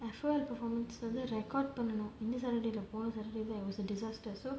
for performance வந்து:vanthu record பண்ணனும் இந்த:pannanum intha saturday இல்ல போன:illa pona saturday it was a disaster so